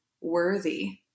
worthy